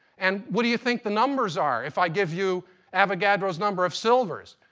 and what do you think the numbers are? if i give you avogadro's number of silvers,